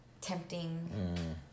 tempting